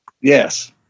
Yes